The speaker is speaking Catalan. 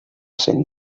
cent